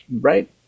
right